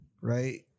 right